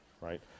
right